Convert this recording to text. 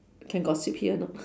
can gossip here or not